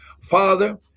father